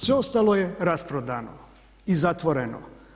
Sve ostalo je rasprodano i zatvoreno.